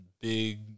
big